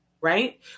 right